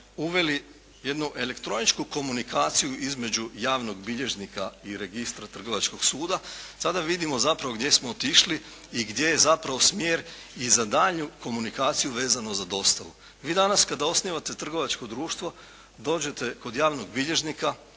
uveli jednu elektroničku komunikaciju između javnog bilježnika i registra trgovačkog suda, sada vidimo zapravo gdje smo otišli i gdje je zapravo smjer i za daljnju komunikaciju vezano za dostavu. Vi danas kada osnivate trgovačko društvo dođete kod javnog bilježnika